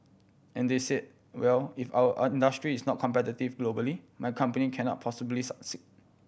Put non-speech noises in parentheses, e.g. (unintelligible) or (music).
and they said well if our (unintelligible) is not competitive globally my company cannot possibly succeed